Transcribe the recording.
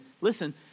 listen